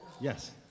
Yes